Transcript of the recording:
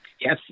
Yes